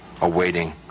awaiting